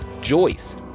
joyce